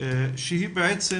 שהיא בעצם